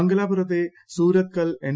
മംഗലാപുരത്തെ Surathkal N